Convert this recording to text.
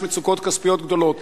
יש מצוקות כספיות גדולות.